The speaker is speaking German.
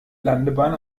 landebahn